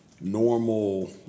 normal